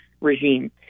regime